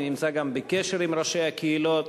אני נמצא גם בקשר עם ראשי הקהילות.